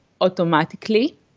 automatically